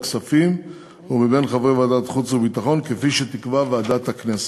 הכספים ומבין חברי ועדת החוץ והביטחון כפי שתקבע ועדת הכנסת.